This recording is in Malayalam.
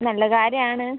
നല്ല കാര്യമാണ്